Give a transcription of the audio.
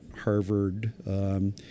Harvard